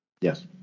Yes